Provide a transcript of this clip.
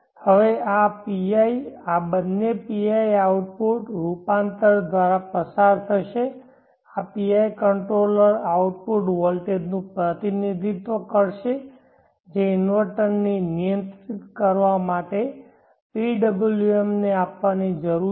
હવે આ PI આ બંને PI આઉટપુટ રૂપાંતર દ્વારા પસાર થશે આ PI કંટ્રોલર આઉટપુટ વોલ્ટેજનું પ્રતિનિધિત્વ કરશે જે ઇન્વર્ટરને નિયંત્રિત કરવા માટે PWM ને આપવાની જરૂર છે